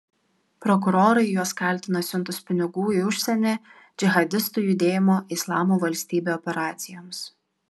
prokurorai juos kaltina siuntus pinigų į užsienį džihadistų judėjimo islamo valstybė operacijoms